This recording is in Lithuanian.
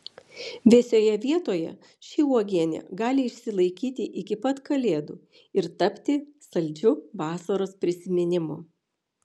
vėsioje vietoje ši uogienė gali išsilaikyti iki pat kalėdų ir tapti saldžiu vasaros prisiminimu